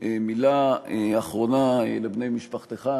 מילה אחרונה לבני משפחתך,